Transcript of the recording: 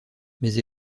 mais